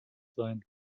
sein